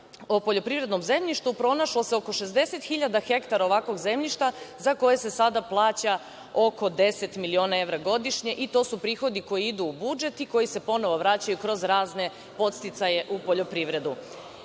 o poljoprivrednom zemljištu, pronašlo se oko 60.000 ha ovakvog zemljišta za koje se sada plaća oko 10 miliona evra godišnje i to su prihodi koji idu u budžet i koji se ponovo vraćaju kroz razne podsticaje u poljoprivredu. Mi